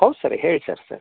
ಹೌದು ಸರ್ ಹೇಳಿ sir sir